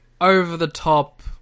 over-the-top